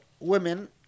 Women